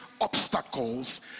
obstacles